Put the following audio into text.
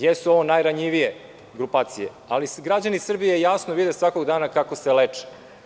Jesu ovo najranjivije grupacije, ali građani Srbije jasno vide svakog dana kako se leče.